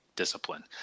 discipline